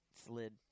slid